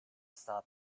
stop